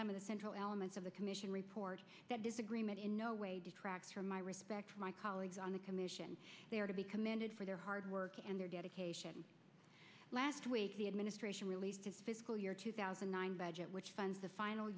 some of the central elements of the commission report that disagreement in no way detracts from my respect for my colleagues on the commission they are to be commended for their hard work and their dedication last week the administration released your two thousand and nine budget which funds the final